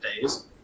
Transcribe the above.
days